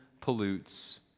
pollutes